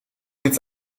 dit